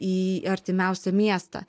į artimiausią miestą